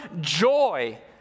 joy